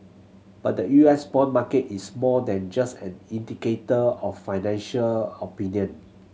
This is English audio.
but the U S bond market is more than just an indicator of financial opinion